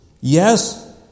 Yes